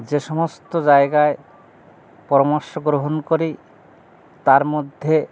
যে সমস্ত জায়গায় পরামর্শ গ্রহণ করি তার মধ্যে